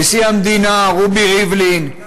נשיא המדינה רובי ריבלין,